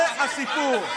זה הסיפור.